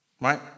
right